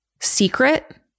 secret